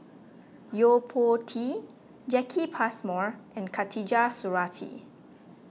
Yo Po Tee Jacki Passmore and Khatijah Surattee